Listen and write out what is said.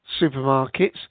supermarkets